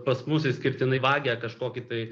pas mus išskirtinai vagia kažkokį tai